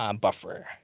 buffer